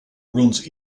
runs